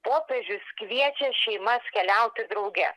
popiežius kviečia šeimas keliauti drauge